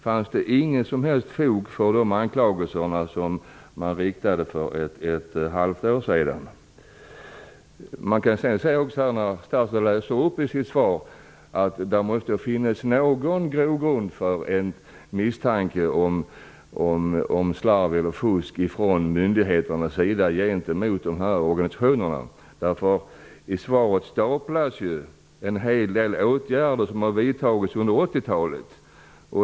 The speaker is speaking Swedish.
Fanns det inget som helst fog för de anklagelser som riktades för ett halvår sedan? Statsrådet sade i sitt svar att det måste finnas någon grogrund för en misstanke om slarv eller fusk från myndigheternas sida gentemot dessa organisationer. I svaret staplas en hel del åtgärder som har vidtagits under 80-talet.